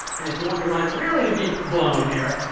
and if you want your mind really to be blown here,